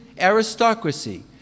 aristocracy